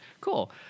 cool